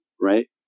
right